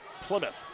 Plymouth